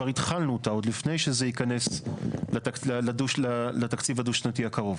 כבר התחלנו אותה עוד לפני שזה יכנס לתקציב הדו-שנתי הקרוב.